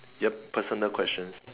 yup personal questions